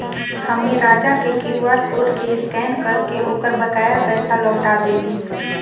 हम्मे राजा के Q R code के स्कैन करके ओकर बकाया पैसा लौटा देली